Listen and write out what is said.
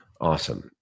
Awesome